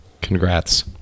congrats